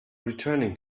returning